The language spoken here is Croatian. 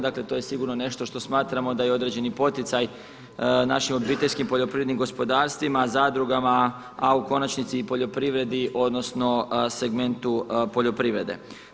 Dakle, to je sigurno nešto što smatramo da je određeni poticaj našim obiteljskim poljoprivrednim gospodarstvima, zadrugama, a u konačnici i poljoprivredi odnosno segmentu poljoprivrede.